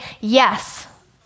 yes